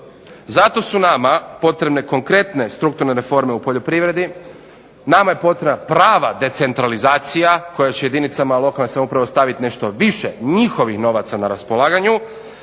Zato su nama potrebne konkretne strukturne reforme u poljoprivredi. Nama je potrebna prava decentralizacija koja će jedinicama lokalne samouprave ostaviti nešto više njihovih novaca na raspolaganju.